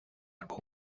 álbum